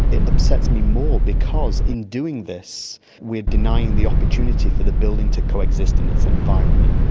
it upsets me more because in doing this we are denying the opportunity for the building to coexist in its environment.